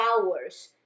hours